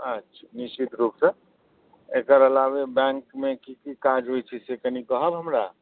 अच्छा निश्चित रूपसँ एकर अलावा बैंकमे की की काज होइ छै से कनी कहब हमरा